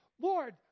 lord